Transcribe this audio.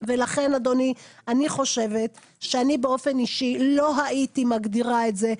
לכן אדוני אני חושבת שאני באופן אישי לא הייתי מגדירה את זה,